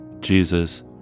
Jesus